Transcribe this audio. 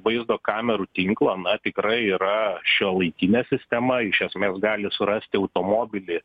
vaizdo kamerų tinklo na tikrai yra šiuolaikinė sistema iš esmės gali surasti automobilį